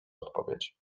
odpowiedź